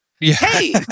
Hey